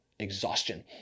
exhaustion